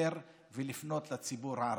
לדבר ולפנות אל הציבור הערבי.